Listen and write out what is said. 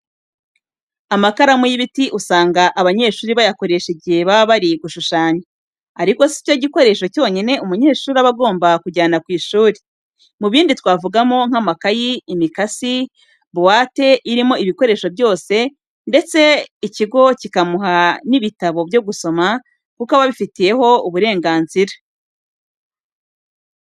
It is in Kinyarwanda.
Amakaramu y'ibiti usanga abanyeshuri bayakoresha igihe baba bari gushushanya. Ariko, si cyo gikoresho cyonyine umunyeshuri aba agomba kujyana ku ishuri. Mu bindi twavugamo nk'amakayi, imikasi, buwate irimo ibikoresho byose, ndetse ikigo kikamuha n'ibitabo byo gusoma kuko aba abifiteho uburenganzira.